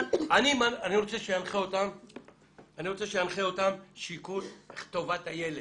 אני רוצה שינחה אותו שיקול טובת הילד,